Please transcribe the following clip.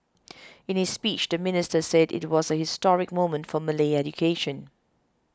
in his speech the minister said it was a historic moment for Malay education